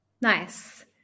Nice